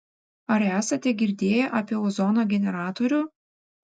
ar esate girdėję apie ozono generatorių